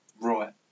Right